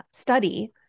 study